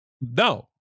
No